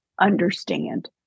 understand